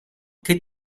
che